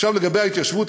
עכשיו לגבי ההתיישבות.